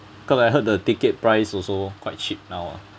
cause I heard the ticket price also quite cheap now